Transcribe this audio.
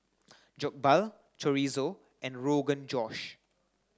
Jokbal Chorizo and Rogan Josh